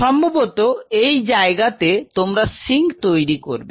সম্ভবত এই জায়গাতে তোমরা সিন্ক তৈরি করবে